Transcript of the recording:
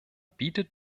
bietet